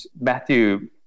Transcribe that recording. Matthew